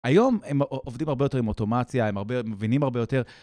היום הם עובדים הרבה יותר עם אוטומציה, הם מבינים הרבה יותר.